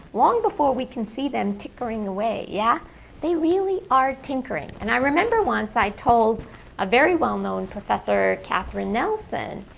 long before we can see them tinkering away, yeah they really are tinkering. and i remember once i told a very well-known professor, katherine nelson,